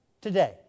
today